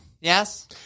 Yes